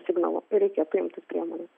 signalu ir reikėtų imtis priemonių